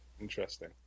interesting